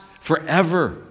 forever